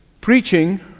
preaching